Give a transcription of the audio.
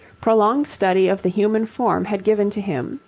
prolonged study of the human form had given to him,